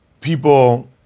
people